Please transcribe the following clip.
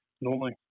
normally